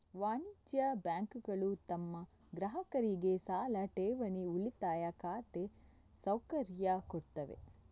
ವಾಣಿಜ್ಯ ಬ್ಯಾಂಕುಗಳು ತಮ್ಮ ಗ್ರಾಹಕರಿಗೆ ಸಾಲ, ಠೇವಣಿ, ಉಳಿತಾಯ ಖಾತೆ ಸೌಕರ್ಯ ಕೊಡ್ತವೆ